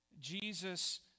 Jesus